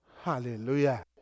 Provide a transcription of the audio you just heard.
Hallelujah